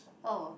oh